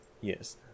Yes